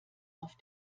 auf